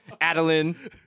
Adeline